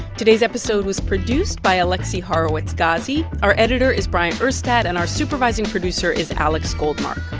today's episode was produced by alexi horowitz-ghazi. our editor is bryant urstadt, and our supervising producer is alex goldmark.